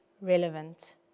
relevant